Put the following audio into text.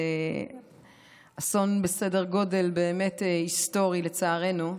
זה אסון בסדר גודל באמת היסטורי, לצערנו.